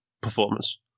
performance